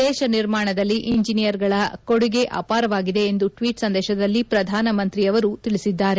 ದೇಶ ನಿರ್ಮಾಣದಲ್ಲಿ ಇಂಜಿನಿಯರ್ಗಳ ಅವರ ಕೊಡುಗೆ ಅಪಾರವಾಗಿದೆ ಎಂದು ಟ್ವೀಟ್ ಸಂದೇತದಲ್ಲಿ ಪ್ರಧಾನಮಂತ್ರಿ ಅವರು ತಿಳಿಸಿದ್ದಾರೆ